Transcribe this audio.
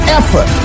effort